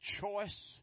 choice